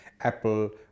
Apple